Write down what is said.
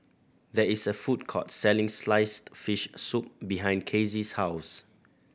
there is a food court selling sliced fish soup behind Kasey's house